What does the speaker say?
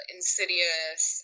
Insidious